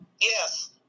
Yes